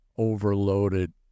overloaded